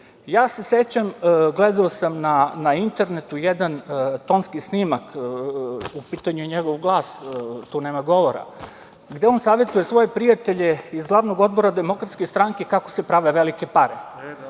se, gledao sam na internetu jedan tonski snimak, u pitanju je njegov glas, tu nema govora, gde on savetuje svoje prijatelje iz glavnog odbora DS kako se prave velike pare,